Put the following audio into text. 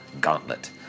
gauntlet